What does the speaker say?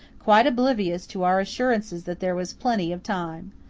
quite oblivious to our assurances that there was plenty of time.